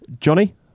Johnny